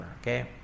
Okay